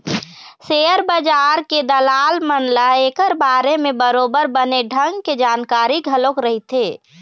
share बजार के दलाल मन ल ऐखर बारे म बरोबर बने ढंग के जानकारी घलोक रहिथे